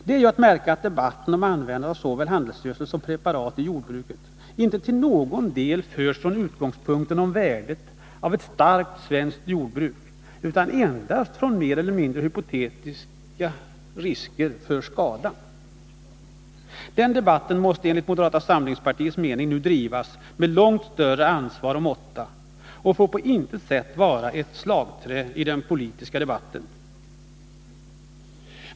Det är ju att märka att debatten om användandet av såväl handelsgödsel som preparat i jordbruket inte till någon del förs från utgångspunkten om värdet av ett starkt svenskt jordbruk utan endast utifrån mer eller mindre hypotetiska risker för skada. Den debatten måste enligt moderata samlingspartiets mening nu drivas med långt större ansvar och måtta och får på intet sätt vara ett slag den politiska debatten.